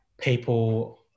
People